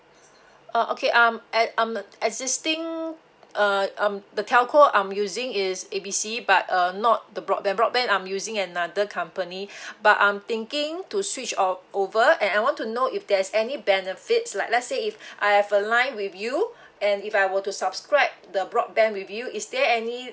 uh okay um uh I'm existing uh um the telco I'm using is A B C but uh not the broadband broadband I'm using another company but I'm thinking to switch off over and I want to know if there's any benefits like let say if I have a line with you and if I were to subscribe the broadband with you is there any